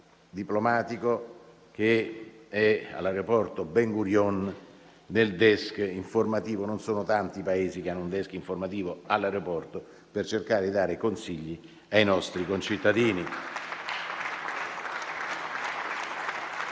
diplomatico che è all'aeroporto Ben Gurion nel *desk* informativo (non sono tanti i Paesi che hanno un *desk* informativo all'aeroporto) per cercare di dare consigli ai nostri concittadini.